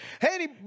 hey